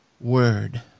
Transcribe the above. word